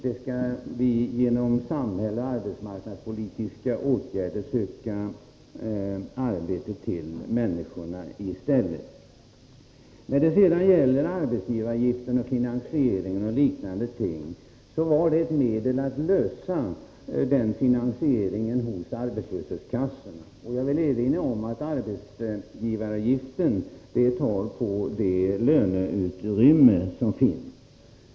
Vi skall genom samhälleliga och arbetsmarknadspolitiska åtgärder söka ordna arbete åt människorna. När det gäller arbetsgivaravgiften, så var den ett medel att lösa finansieringen hos arbetslöshetskassorna. Jag vill erinra om att arbetsgivaravgiften tär på det löneutrymme som finns.